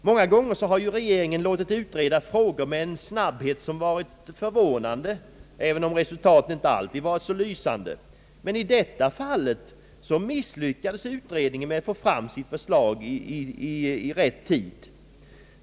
Många gånger har regeringen låtit utreda frågor med en snabbhet som varit förvånande, även om resultaten inte alltid varit så lysande, men i detta fall misslyckades utredningen med att få fram sitt förslag i rätt tid.